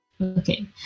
okay